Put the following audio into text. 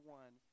one